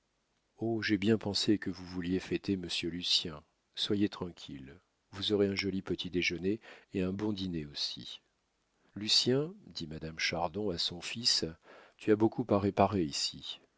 j'ai bien pensé que vous vouliez fêter monsieur lucien soyez tranquille vous aurez un joli petit déjeuner et un bon dîner aussi lucien dit madame chardon à son fils tu as beaucoup à réparer ici